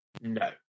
No